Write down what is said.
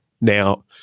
Now